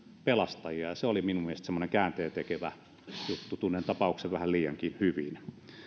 pelastajia ja se oli minun mielestäni semmoinen käänteentekevä juttu tunnen tapauksen vähän liiankin hyvin